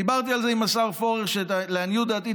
דיברתי עם השר פורר על זה שלעניות דעתי,